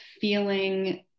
feeling